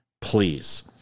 Please